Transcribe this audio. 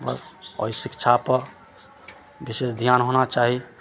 बस आओर शिक्षापर विशेष ध्यान होना चाही